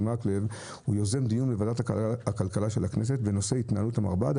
מקלב הוא יוזם דיון בוועדת הכלכלה של הכנסת בנושא התנהלות המרב"ד.